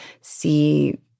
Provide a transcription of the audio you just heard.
see